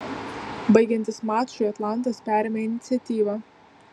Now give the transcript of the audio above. baigiantis mačui atlantas perėmė iniciatyvą